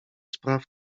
spraw